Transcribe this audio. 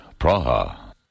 Praha